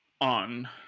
on